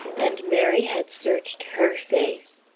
and mary had searched her face,